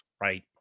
right